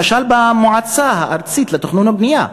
למשל, במועצה הארצית לתכנון ובנייה,